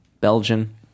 Belgian